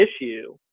issue